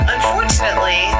Unfortunately